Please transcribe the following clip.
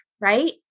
right